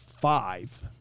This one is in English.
five